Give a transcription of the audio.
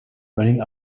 running